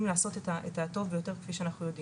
לעשות את הטוב ביותר כפי שאנחנו יודעים.